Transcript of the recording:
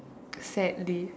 sadly